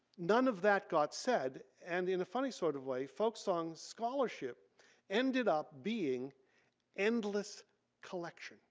none of that got said. and in a funny sort of way folksong scholarship ended up being endless collection